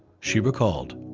she recalled.